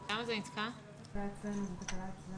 המתחמים האלה, מבחינת הרציונל